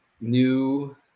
new